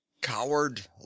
Coward